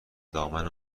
دامن